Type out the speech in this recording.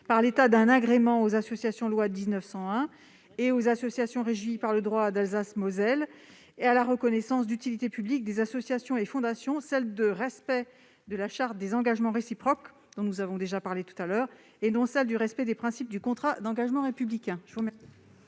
par l'État d'un agrément aux associations loi 1901 et aux associations régies par le droit d'Alsace-Moselle et à la reconnaissance d'utilité publique des associations et fondations le respect de la charte des engagements réciproques- nous l'avons déjà évoquée -, et non celui des principes du contrat d'engagement républicain.